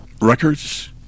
records